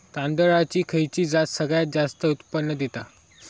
तांदळाची खयची जात सगळयात जास्त उत्पन्न दिता?